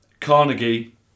Carnegie